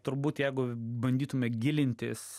turbūt jeigu bandytume gilintis